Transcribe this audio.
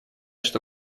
что